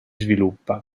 sviluppa